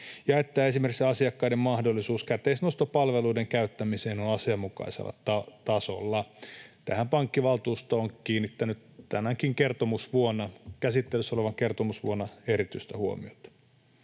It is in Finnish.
ja että esimerkiksi asiakkaiden mahdollisuus käteisnostopalveluiden käyttämiseen on asianmukaisella tasolla. Tähän pankkivaltuusto on kiinnittänyt tänäkin käsittelyssä olevana kertomusvuonna erityistä huomiota.